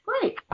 Great